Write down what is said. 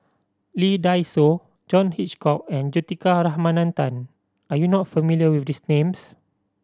Lee Dai Soh John Hitchcock and Juthika Ramanathan are you not familiar with these names